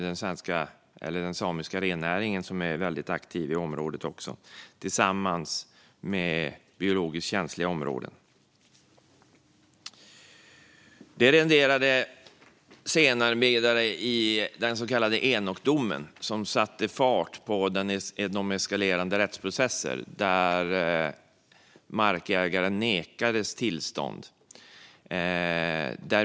Den samiska rennäringen är också väldigt aktiv i området, och det är biologiskt känsliga områden. Detta renderade sedermera den så kallade Änokdomen. Den satte fart på de eskalerande rättsprocesser där markägare nekades tillstånd.